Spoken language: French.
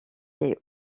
les